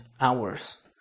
hours